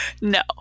No